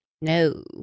no